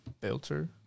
filter